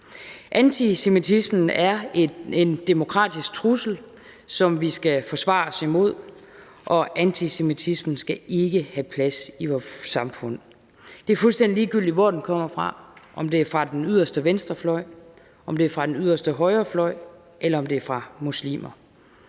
Antisemitismen er en demokratisk trussel, som vi skal forsvare os imod, og antisemitismen skal ikke have plads i vores samfund. Det er fuldstændig ligegyldigt, hvor den kommer fra, om det er fra den yderste venstrefløj, om det er fra den yderste højrefløj, eller om det er fra muslimer.